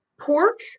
pork